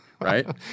right